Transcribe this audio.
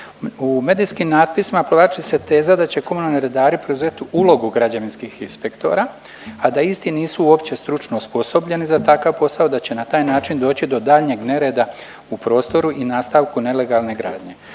U medijskim natpisima provlači se teza da će komunalni redari preuzeti ulogu građevinskih inspektora, a da isti nisu uopće stručno osposobljeni za takav posao da će na taj način doći do daljnjeg nereda u prostoru i nastavku nelegalne gradnje.